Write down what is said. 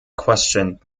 questioned